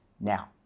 now